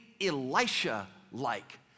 Elisha-like